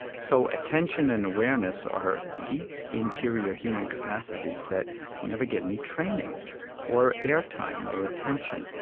so attention and awareness are deep interior human capacities that never get any training or airtime or attention.